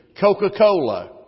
Coca-Cola